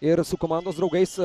ir su komandos draugais